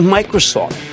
Microsoft